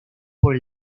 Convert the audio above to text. por